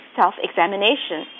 self-examination